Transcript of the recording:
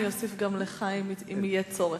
אני אוסיף גם לך אם יהיה צורך.